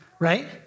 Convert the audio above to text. right